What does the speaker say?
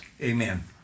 Amen